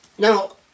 Now